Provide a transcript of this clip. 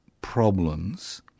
problems